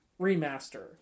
remaster